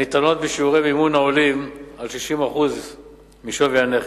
הניתנות בשיעורי מימון העולים על 60% משווי הנכס.